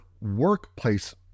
workplace